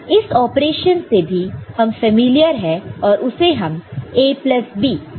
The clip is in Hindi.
इस ऑपरेशन से भी हम फैमिलियर है और उसे हम A प्लस B ऐसे लिखते हैं